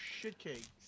shitcakes